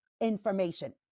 information